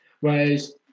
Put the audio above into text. Whereas